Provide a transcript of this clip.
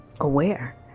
aware